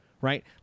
right